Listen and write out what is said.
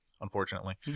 unfortunately